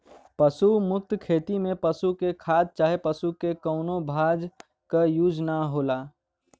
पशु मुक्त खेती में पशु के खाद चाहे पशु के कउनो भाग क यूज ना होला